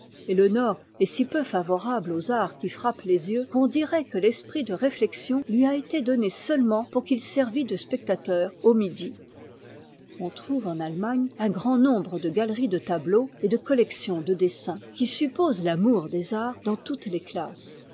et le nord est si peu favorable aux arts qui frappent les yeux qu'on dirait que l'esprit de réiïexion lui a été donné seulement pour qu'il servît de spectateur au midi on trouve en allemagne un grand nombre de galeries de tableaux et de collections de dessins qui supposent l'amour des arts dans toutes les classes